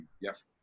yes